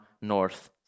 North